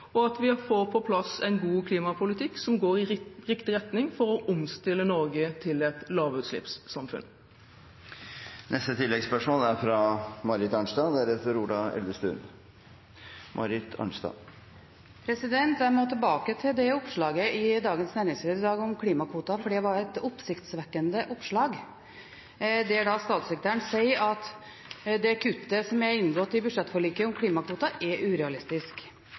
og at vi får på plass en god klimapolitikk som går i riktig retning for å omstille Norge til et lavutslippssamfunn. Marit Arnstad – til oppfølgingsspørsmål. Jeg må tilbake til oppslaget i Dagens Næringsliv i dag om klimakvoter. Det var et oppsiktsvekkende oppslag, der statssekretæren sier at det kuttet som er inngått i budsjettforliket om klimakvoter, er urealistisk.